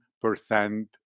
percent